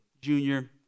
junior